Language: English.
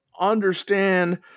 understand